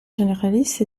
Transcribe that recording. généralistes